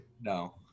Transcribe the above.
no